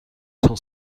cent